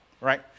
Right